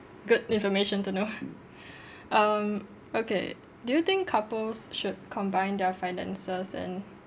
good information to know um okay do you think couples should combine their finances and